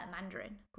mandarin